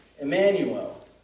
Emmanuel